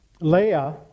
Leah